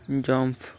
jump